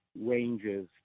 ranges